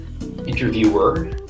interviewer